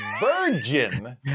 virgin